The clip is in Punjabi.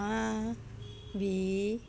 ਤਾਂ ਵੀ